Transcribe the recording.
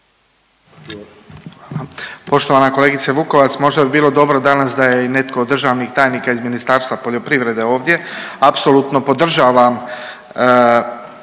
Hvala. Poštovana kolegice Vukovac možda bi bilo dobro danas da je i netko od državnih tajnika iz Ministarstva poljoprivrede ovdje, apsolutno podržavam